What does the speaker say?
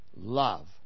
Love